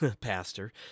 pastor